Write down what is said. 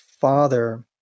father